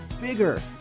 bigger